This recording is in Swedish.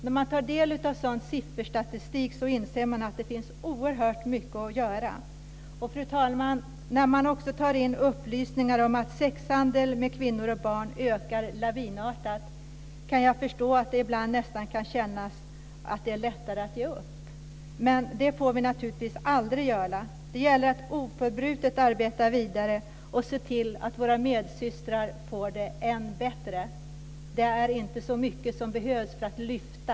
När man tar del av sådan sifferstatistik inser man att det finns oerhört mycket att göra. Fru talman! När man också tar in upplysningar om att sexhandeln med kvinnor och barn ökar lavinartat kan jag förstå att det ibland nästan kan kännas som att det är lättare att ge upp. Men det får vi naturligtvis aldrig göra. Det gäller att oförtrutet arbeta vidare och se till att våra medsystrar får den än bättre. Det är inte så mycket som behövs för att lyfta.